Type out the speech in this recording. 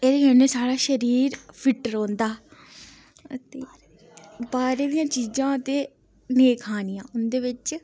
एह्दे कन्नै साढ़ा शरीर फिट रौंह्दा ते बाह्रा दियां चीज़ां ते नेईं खानियां उं'दे बिच्च